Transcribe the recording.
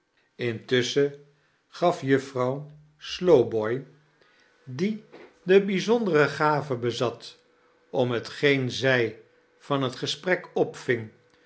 intusschen gaf juffrouw slowcharles dickens boy die de bijzondere gave bezat om hetgeen zij van het gesprek